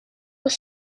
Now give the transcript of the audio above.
were